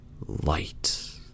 light